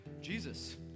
Jesus